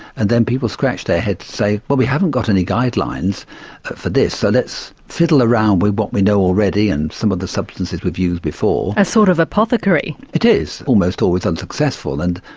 and then people scratch their heads and say well we haven't got any guidelines for this, so let's fiddle around with what we know already and some of the substances we've used before. a sort of apothecary. it is, almost always unsuccessful and,